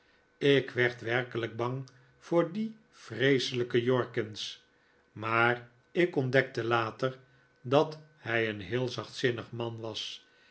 ik werd werkeliik bang voor dien vreeselijken jorkins maar ik ontdekte later dat hij een heel zachtzinnig man was